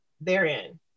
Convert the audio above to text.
therein